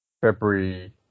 February